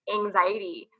anxiety